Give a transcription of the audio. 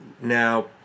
now